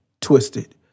twisted